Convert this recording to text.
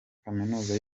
kaminuza